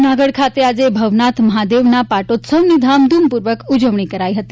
જૂનાગઢ ખાતે આજે ભવનાથ મહાદેવના પાટોત્સવની ધામધૂમપૂર્વક ઉજવણી કરાઈ હતી